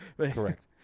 Correct